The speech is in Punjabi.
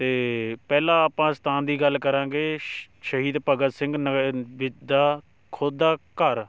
ਅਤੇ ਪਹਿਲਾਂ ਆਪਾਂ ਸਥਾਨ ਦੀ ਗੱਲ ਕਰਾਂਗੇ ਸ਼ ਸ਼ਹੀਦ ਭਗਤ ਸਿੰਘ ਨਗ ਵਿੱਦਾ ਖੁਦ ਦਾ ਘਰ